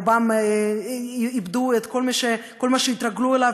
רובם איבדו את כל מה שהתרגלו אליו.